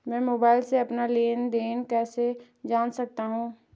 मैं मोबाइल से अपना लेन लेन देन कैसे जान सकता हूँ?